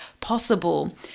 possible